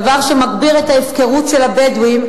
דבר שמגביר את ההפקרות של הבדואים,